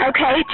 Okay